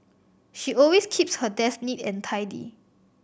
she always keeps her desk neat and tidy